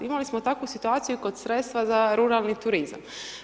Imali smo takvu situaciju kod sredstva za ruralni turizam.